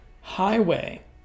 highway